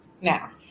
Now